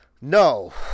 No